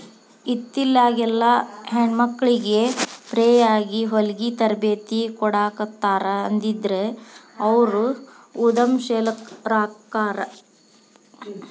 ಇತ್ತಿತ್ಲಾಗೆಲ್ಲಾ ಹೆಣ್ಮಕ್ಳಿಗೆ ಫ್ರೇಯಾಗಿ ಹೊಲ್ಗಿ ತರ್ಬೇತಿ ಕೊಡಾಖತ್ತಾರ ಅದ್ರಿಂದ ಅವ್ರು ಉದಂಶೇಲರಾಕ್ಕಾರ